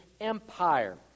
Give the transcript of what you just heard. Empire